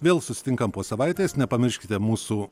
vėl susitinkam po savaitės nepamirškite mūsų